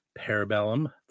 Parabellum